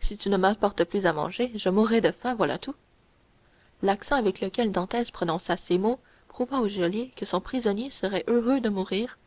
si tu ne m'apportes plus à manger je mourrai de faim voilà tout l'accent avec lequel dantès prononça ces mots prouva au geôlier que son prisonnier serait heureux de mourir